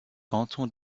cantons